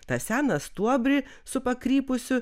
tą seną stuobrį su pakrypusiu